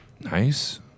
Nice